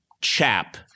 chap